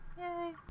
Yay